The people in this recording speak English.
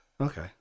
Okay